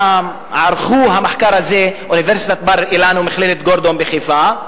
ערכו את המחקר הזה אוניברסיטת בר-אילן ומכללת "גורדון" בחיפה.